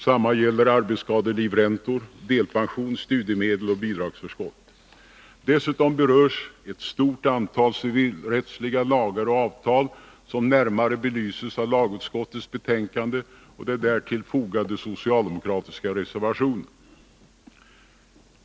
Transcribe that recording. Samma gäller arbetsskadelivräntor, delpension, studiemedel och bidragsförskott. Dessutom berörs ett stort antal civilrättsliga lagar och avtal, som närmare belyses av lagutskottets betänkande och den därtill fogade socialdemokratiska reservationen.